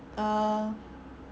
err